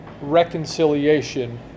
reconciliation